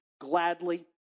gladly